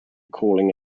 calling